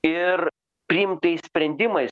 ir priimtais sprendimais